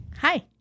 Hi